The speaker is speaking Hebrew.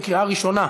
בקריאה ראשונה.